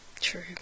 true